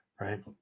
right